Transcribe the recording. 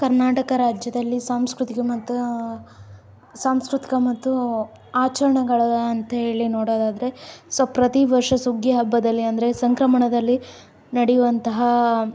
ಕರ್ನಾಟಕ ರಾಜ್ಯದಲ್ಲಿ ಸಾಂಸ್ಕೃತಿಕ ಮತ್ತು ಸಾಂಸ್ಕೃತಿಕ ಮತ್ತು ಆಚರಣೆಗಳು ಅಂಥೇಳಿ ನೋಡೋದಾದ್ರೆ ಸೊ ಪ್ರತಿ ವರ್ಷ ಸುಗ್ಗಿ ಹಬ್ಬದಲ್ಲಿ ಅಂದರೆ ಸಂಕ್ರಮಣದಲ್ಲಿ ನಡೆಯುವಂತಹ